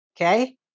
Okay